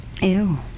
Ew